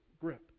grip